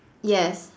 yes